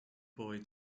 boy